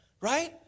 right